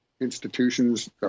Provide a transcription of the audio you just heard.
institutions